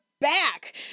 back